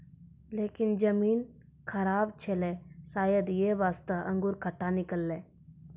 लेकिन जमीन खराब छेलै शायद यै वास्तॅ अंगूर खट्टा निकललै